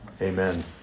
Amen